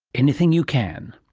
anything you can.